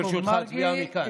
ברשותך, אצביע מכאן.